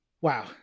Wow